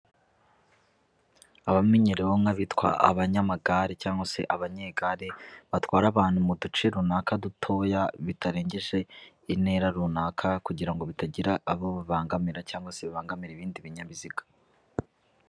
Abamenyerewe nk'abitwa abanyamagare cyangwa se abanyegare batwara abantu mu duce runaka dutoya, bitarengeje intera runaka kugira ngo bitagira abo bibangamira cyangwa se bibangamira ibindi binyabiziga.